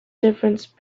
difference